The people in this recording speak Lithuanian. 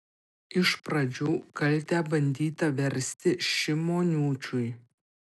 iš pradžių kaltę bandyta versti šimoniūčiui